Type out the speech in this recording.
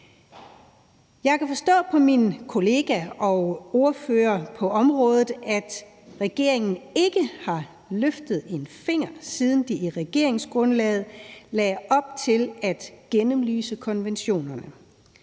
Jeg kan forstå på min kollega og ordfører på området, at regeringen ikke har løftet en finger, siden de i regeringsgrundlaget lagde op til at gennemanalysere konventionerne.